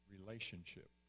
relationship